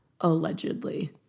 Allegedly